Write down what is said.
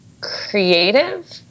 creative